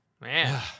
man